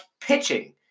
pitching